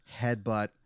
headbutt